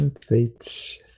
fates